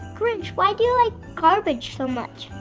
grinch, why do you like garbage so much?